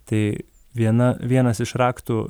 tai viena vienas iš raktų